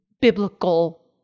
biblical